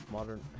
Modern